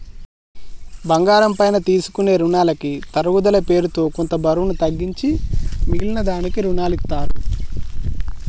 బంగారం పైన తీసుకునే రునాలకి తరుగుదల పేరుతో కొంత బరువు తగ్గించి మిగిలిన దానికి రునాలనిత్తారు